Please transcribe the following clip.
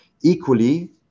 Equally